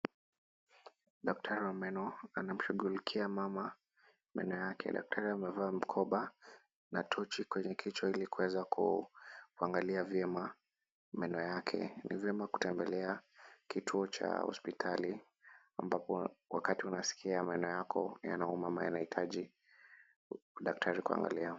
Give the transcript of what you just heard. Daktari wa meno anamshughulikia mama meno yake. Daktari amevaa mkoba na tochi kwenye kichwa ili kuweza kuangalia vyema meno yake. Unaeza enda kutembelea kituo cha hosipitali ambapo wakati unaskia meno yako yanauma ama yanahitaji daktari kuangalia.